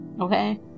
okay